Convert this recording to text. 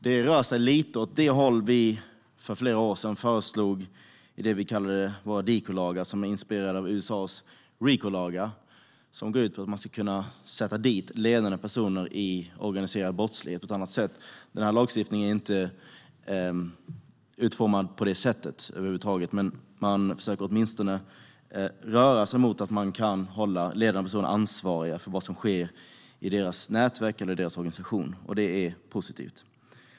Det rör sig lite åt det håll som vi för flera år sedan föreslog med det vi kallade DIKO-lagar, som inspirerades av USA:s RICO-lagar. De går ut på att man på ett annat sätt ska kunna sätta dit ledande personer i organiserad brottslighet. Den här lagstiftningen är inte alls utformad på det sättet, men regeringen försöker åtminstone röra sig mot att man kan hålla ledande personer ansvariga för vad som sker i deras nätverk eller organisation, vilket är positivt.